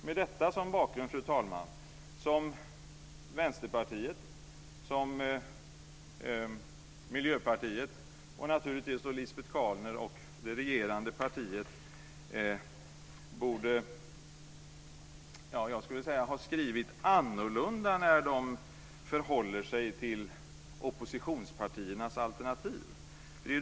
Med detta som bakgrund borde Vänsterpartiet, Miljöpartiet och Lisbet Calner och det regerande partiet ha skrivit annorlunda när de förhåller sig till oppositionspartiernas alternativ.